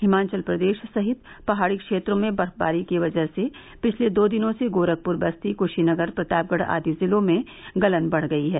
हिमाचल प्रदेश सहित पहाड़ी क्षेत्रों में बर्फबारी की वजह से पिछले दो दिनों से गोरखपुर बस्ती कुशीनगर प्रतापगढ़ आदि जिलों में गलन बढ़ गई है